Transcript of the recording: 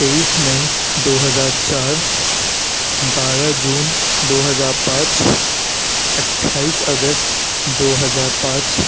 تیئیس مئی دو ہزار چار بارہ جون دو ہزار پانچ اٹھائیس اگست دو ہزار پانچ